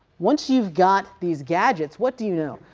once you've got these gadgets, what do you know?